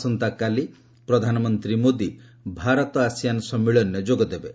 ଆସନ୍ତାକାଲି ପ୍ରଧାନମନ୍ତ୍ରୀ ମୋଦି ଭାରତ ଆସିଆନ୍ ସମ୍ମିଳନୀରେ ଯୋଗଦେବେ